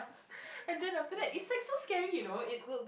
and then after that it's like so scary you know it will